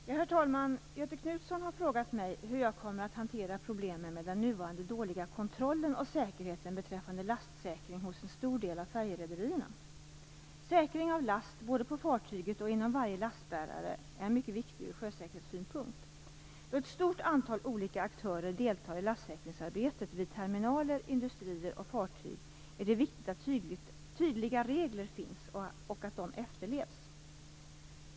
Herr talman! Göthe Knutson har frågat mig hur jag kommer att hantera problemen med den nuvarande dåliga kontrollen och säkerheten beträffande lastsäkring hos en stor del av färjerederierna. Säkring av last, både på fartyget och inom varje lastbärare, är mycket viktig ur sjösäkerhetssynpunkt. Då ett stort antal olika aktörer deltar i lastsäkringsarbetet vid terminaler, industrier och fartyg är det viktigt att tydliga regler finns och att de efterlevs.